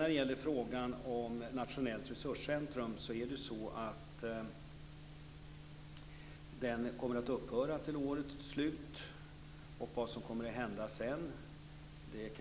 När det sedan gäller Nationellt resurscentrum kommer detta att upphöra vid årets slut. Vad som sedan kommer att hända kan